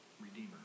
redeemer